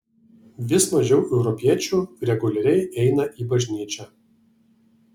vis mažiau europiečių reguliariai eina į bažnyčią